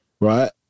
right